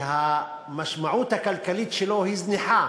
שהמשמעות הכלכלית שלו היא זניחה